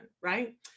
right